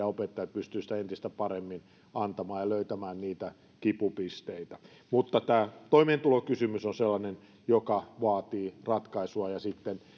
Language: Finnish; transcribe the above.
opettajat pystyvät sitä entistä paremmin antamaan ja löytämään niitä kipupisteitä mutta tämä toimeentulokysymys on sellainen joka vaatii ratkaisua ja sitten